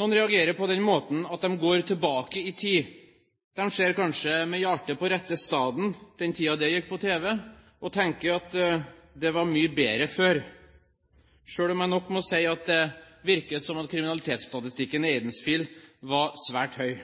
Noen reagerer på den måten at de går tilbake i tid. De har kanskje sett på «Med hjartet på rette staden», den tiden det gikk på tv, og tenker at det var mye bedre før, selv om jeg nok må si at det virker som om kriminalitetsstatistikken i Aidensfield var svært høy!